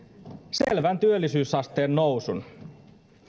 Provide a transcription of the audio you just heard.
selvän työllisyysasteen nousun